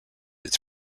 its